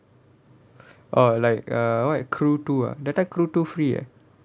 orh like err what crew two that time crew two free eh